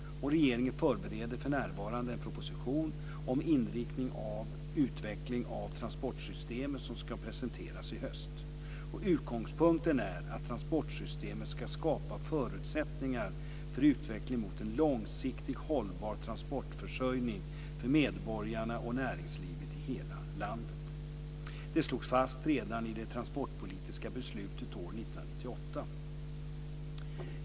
Regeringen förbereder för närvarande en proposition om inriktning av utveckling av transportsystemet som ska presenteras i höst. Utgångspunkten är att transportsystemet ska skapa förutsättningar för utveckling mot en långsiktigt hållbar transportförsörjning för medborgarna och näringslivet i hela landet. Det slogs fast redan i det transportpolitiska beslutet år 1998.